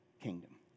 kingdom